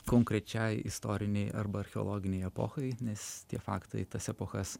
konkrečiai istorinei arba archeologinei epochai nes tie faktai tas epochas